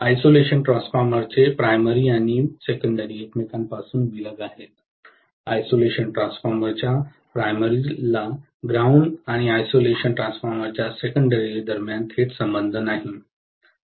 isolation ट्रान्सफॉर्मरचे प्राथमिक आणि दुय्यम एकमेकांपासून विलग आहेत आयसोलेशन ट्रान्सफॉर्मर च्या प्राथमिक च्या ग्राउंड आणि आयसोलेशन ट्रान्सफॉर्मर च्या दुय्यम दरम्यान थेट संबंध नाही